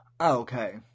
okay